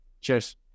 cheers